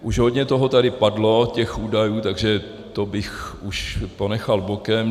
Už hodně toho tady padlo, těch údajů, takže to bych už ponechal bokem.